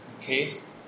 case